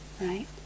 Right